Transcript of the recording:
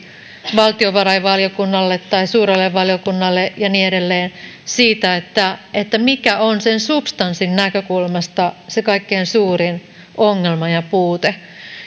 valtiovarainvaliokunnalle tai suurelle valiokunnalle ja niin edelleen siitä mikä on sen substanssin näkökulmasta se kaikkein suurin ongelma ja puute